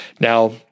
Now